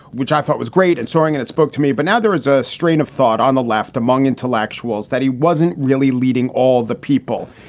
which i thought was great and soaring, and it spoke to me. but now there is a strain of thought on the left among intellectuals that he wasn't really leading all the people.